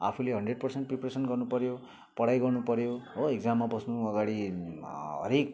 आफूले hundred percent preparation गर्नु पऱ्यो पढाइ गर्नु पऱ्यो हो इक्जाममा बस्नु अगाडि हरेक